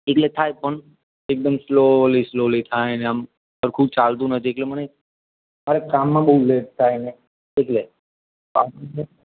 એટલે થાય પણ એકદમ સ્લોલી સ્લોલી થાય ને આમ સરખું ચાલતું નથી એટલે મને મારે કામમાં બહુ લેટ થાય ને એટલે